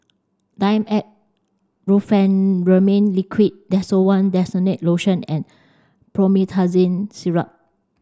Dimetapp Brompheniramine Liquid Desowen Desonide Lotion and Promethazine Syrup